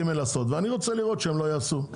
ג' ואני רוצה לראות שהם לא יעשו.